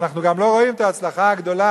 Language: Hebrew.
ואנחנו גם לא רואים את ההצלחה הגדולה.